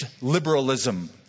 liberalism